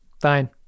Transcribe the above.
Fine